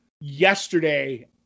yesterday